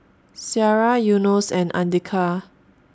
Syirah Yunos and Andika